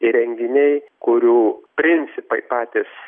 įrenginiai kurių principai patys